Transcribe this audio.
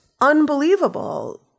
unbelievable